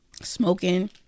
Smoking